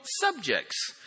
subjects